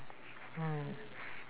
mm